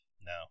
no